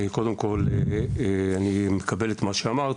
קודם כל אני מקבל את מה שאמרת,